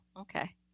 Okay